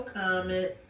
comment